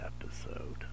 episode